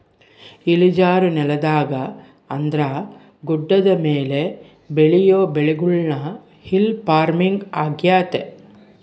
ಇಳಿಜಾರು ನೆಲದಾಗ ಅಂದ್ರ ಗುಡ್ಡದ ಮೇಲೆ ಬೆಳಿಯೊ ಬೆಳೆಗುಳ್ನ ಹಿಲ್ ಪಾರ್ಮಿಂಗ್ ಆಗ್ಯತೆ